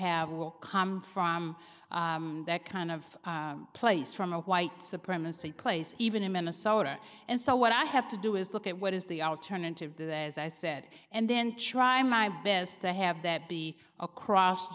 have will come from that kind of place from a white supremacy place even in minnesota and so what i have to do is look at what is the outearn and to as i said and then try my best to have that be across